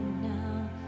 now